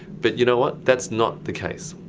but you know what, that's not the case.